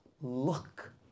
look